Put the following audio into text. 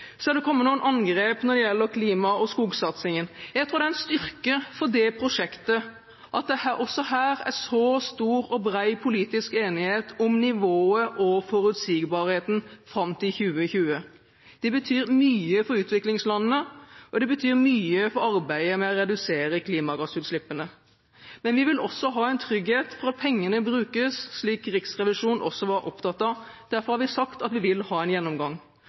Så er det kommet noen angrep når det gjelder klima og skogsatsingen. Jeg tror det er en styrke for det prosjektet at det også her er stor og bred politisk enighet om nivået og forutsigbarheten fram til 2020. Det betyr mye for utviklingslandene, og det betyr mye for arbeidet med å redusere klimagassutslippene. Men vi vil også ha en trygghet for at pengene brukes, slik Riksrevisjonen også var opptatt av. Derfor har vi sagt at vi vil ha en gjennomgang.